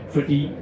Fordi